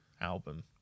album